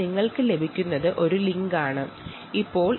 അങ്ങനെ നിങ്ങൾക്ക് ഒരു ലിങ്ക് ലഭിക്കുന്നു